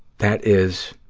that is.